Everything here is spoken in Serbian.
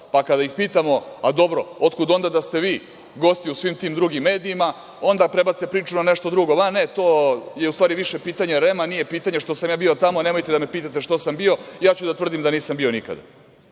pa kada ih pitamo – dobro, otkud onda da ste vi gosti u svim tim drugim medija, onda prebace priču na nešto drugo – ma, ne, to je u stvari više pitanje REM-a, nije pitanje što sam ja bio tamo, nemojte da me pitate što sam bio, ja ću da tvrdim da nisam bio nikada. Znaju